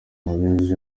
abinyujije